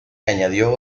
añadió